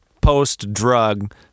post-drug